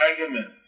argument